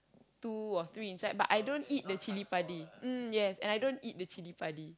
two or three inside but I don't eat the chilli-padi mm yes and I don't eat the chilli-padi